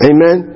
Amen